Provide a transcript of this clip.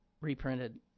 reprinted